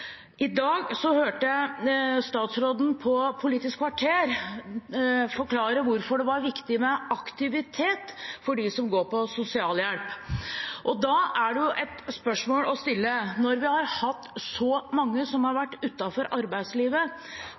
I dag hørte jeg statsråden i Politisk kvarter forklare hvorfor det var viktig med aktivitet for dem som går på sosialhjelp. Da er det et spørsmål å stille: Når vi har hatt så mange som har vært utenfor arbeidslivet,